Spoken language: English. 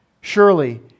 Surely